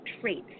traits